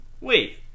Wait